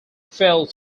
fell